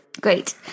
Great